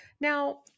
Now